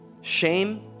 shame